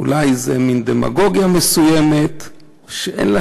אולי זאת מין דמגוגיה מסוימת שאין בה